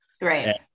Right